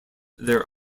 their